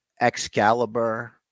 Excalibur